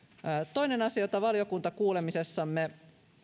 toinen asia jota valiokuntakuulemisessamme